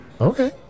Okay